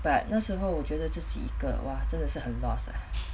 but 那时候我觉得自己一个 !wah! 真的是很 lost ah